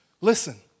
Listen